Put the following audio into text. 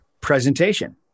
presentation